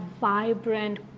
vibrant